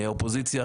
האופוזיציה,